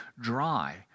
dry